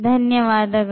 ಧನ್ಯವಾದಗಳು